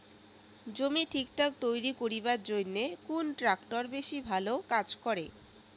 জমি ঠিকঠাক তৈরি করিবার জইন্যে কুন ট্রাক্টর বেশি ভালো কাজ করে?